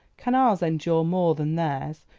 can ours endure more than theirs,